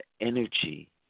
energy